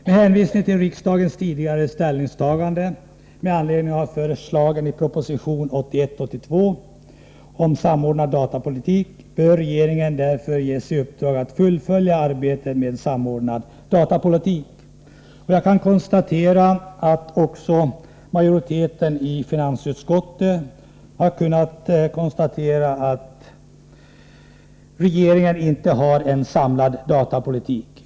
Med hänvisning till riksdagens tidigare ställningstagande med anledning av förslagen i proposition 1981/82:123 om samordnad datapolitik bör regeringen därför ges i uppdrag att fullfölja arbetet med samordnad datapolitik. Jag kan konstatera att också en majoritet i finansutskottet har ansett att regeringen inte har en samlad datapolitik.